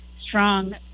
strong